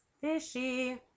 fishy